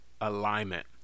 alignment